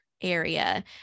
area